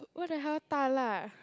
what the hell 大辣